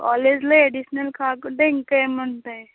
కాలేజ్లో ఎడిషనల్ కాకుండా ఇంకేం ఉంటాయి